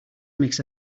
makes